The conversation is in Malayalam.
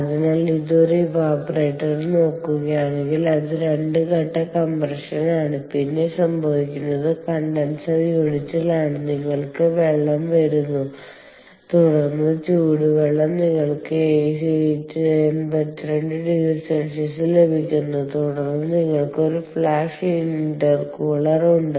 അതിനാൽ ഇത് ഒരു ഇവാപറേറ്റർ നോക്കുകയാണെകിൽ അത് 2 ഘട്ട കംപ്രഷൻ ആണ് പിന്നെ സംഭവിക്കുന്നത് കണ്ടൻസർ യൂണിറ്റിലാണ് നിങ്ങൾക്ക് വെള്ളം വരുന്നു തുടർന്ന് ചൂടുവെള്ളം നിങ്ങൾക്ക് 82oC ൽ ലഭിക്കും തുടർന്ന് നിങ്ങൾക്ക് ഒരു ഫ്ലാഷ് ഇന്റർകൂളർ ഉണ്ട്